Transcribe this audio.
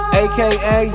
aka